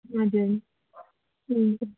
हजुर हुन्छ